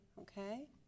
okay